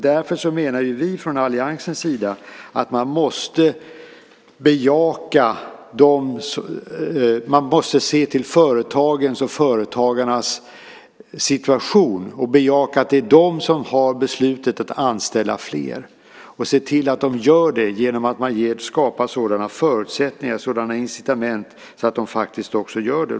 Därför menar vi från alliansens sida att man måste se till företagens och företagarnas situation och bejaka att det är de som har beslutet att anställa fler och se till att de gör det genom att man skapar sådana förutsättningar och sådana incitament att de faktiskt också gör det.